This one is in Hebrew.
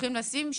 שהולכים לשים,